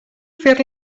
fer